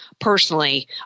personally